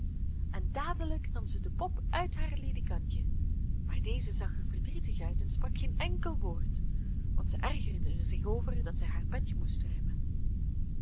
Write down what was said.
en dadelijk nam zij de pop uit haar ledekantje maar deze zag er verdrietig uit en sprak geen enkel woord want zij ergerde er zich over dat zij haar bedje moest ruimen